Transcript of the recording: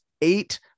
eight